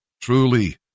Truly